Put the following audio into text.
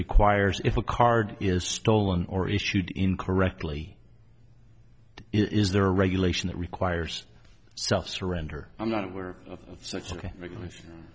requires if a card is stolen or issued incorrectly is there a regulation that requires self surrender i'm not aware of such a regulation